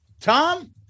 Tom